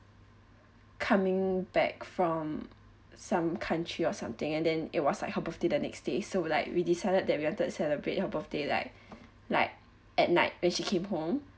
coming back from some country or something and then it was like her birthday the next day so like we decided that we wanted to celebrate her birthday like like at night when she came home